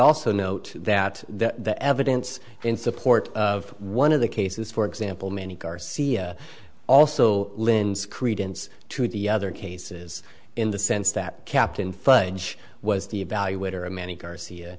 also note that the evidence in support of one of the cases for example many garcia also lends credence to the other cases in the sense that captain fudge was the evaluator a man and garcia